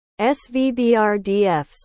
SVBRDFs